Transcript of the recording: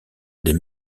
des